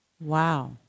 Wow